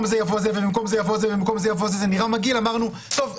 זה יבוא זה" ו"במקום זה יבוא זה" נראה מגעיל אז אמרנו: טוב,